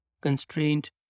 constraint